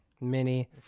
Mini